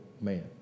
man